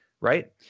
right